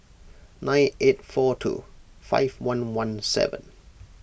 nine eight four two five one one seven